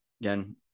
Again